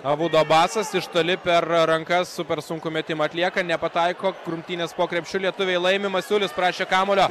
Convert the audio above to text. abudu abasas iš toli per rankas super sunkų metimą atlieka nepataiko rungtynes po krepšiu lietuviai laimi masiulis prašė kamuolio